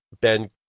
Ben